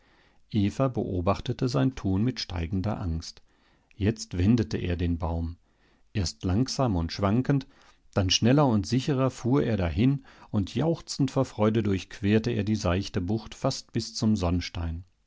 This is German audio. beobachtete sein tun mit steigender angst jetzt wendete er den baum erst langsam und schwankend dann schneller und sicherer fuhr er dahin und jauchzend vor freude durchquerte er die seichte bucht fast bis zum